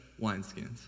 wineskins